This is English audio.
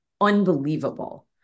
unbelievable